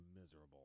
miserable